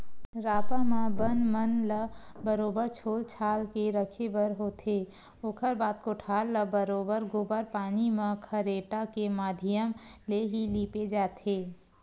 रापा म बन मन ल बरोबर छोल छाल के रखे बर होथे, ओखर बाद कोठार ल बरोबर गोबर पानी म खरेटा के माधियम ले ही लिपे जाथे